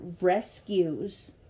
rescues